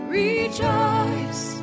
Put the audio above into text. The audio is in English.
rejoice